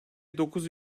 dokuz